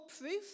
proof